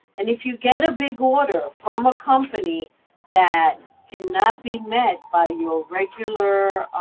and if you get a big order from a company that cannot be met by your regular,